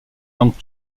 langues